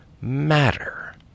matter